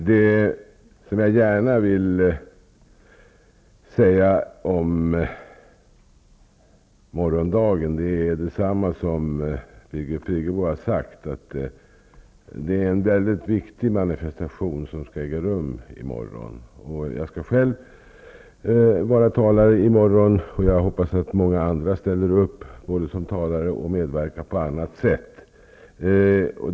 Herr talman! Jag vill om morgondagen gärna säga samma sak som Birgit Friggebo har sagt, nämligen att det är en mycket viktig manifestation som skall äga rum. Jag skall själv vara talare i morgon, och jag hoppas att många andra ställer upp och medverkar både som talare och på annat sätt.